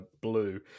blue